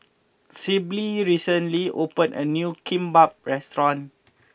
Sibyl recently opened a new Kimbap restaurant